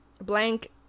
blank